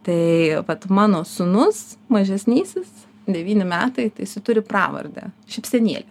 tai vat mano sūnus mažesnysis devyni metai tai jisai turi pravardę šypsenėlė